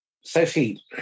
Sophie